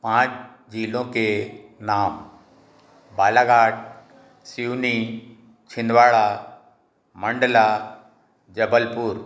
पाँच ज़िलों के नाम बालाघाट सिवनी छिंदवाड़ा मंडला जबलपुर